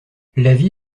l’avis